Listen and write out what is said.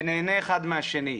שנהנה אחד מהשני.